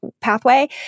pathway